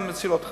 למצילות חיים.